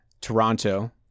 Toronto